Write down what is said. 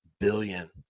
billion